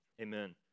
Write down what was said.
amen